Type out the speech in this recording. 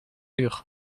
uur